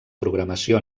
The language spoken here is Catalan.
programació